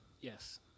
Yes